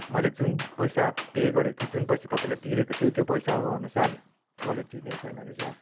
मैले जुन पैसा पे गरेको थिएँ जुन पैसा तपाईँलाई तिरेको थिएँ त्यो पैसा अब अनुसार क्वालिटी नै छैन रहेछ